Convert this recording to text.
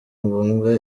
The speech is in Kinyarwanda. ngombwa